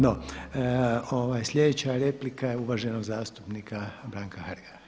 No, sljedeća replika je uvaženog zastupnika Branka Hrga.